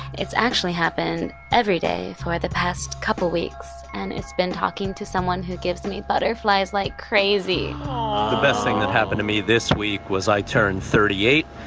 it's actually happened every day for the past couple of weeks. and it's been talking to someone who gives me butterflies like crazy the best thing that happened to me this week was i turned thirty eight.